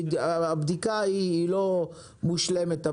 הבדיקה היא לא מושלמת,